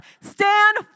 stand